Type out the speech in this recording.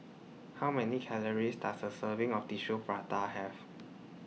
How Many Calories Does A Serving of Tissue Prata Have